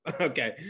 Okay